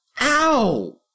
Ow